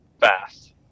fast